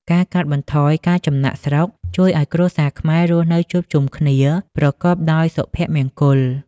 ការកាត់បន្ថយការចំណាកស្រុកជួយឱ្យគ្រួសារខ្មែររស់នៅជួបជុំគ្នាប្រកបដោយសុភមង្គល។